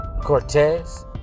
Cortez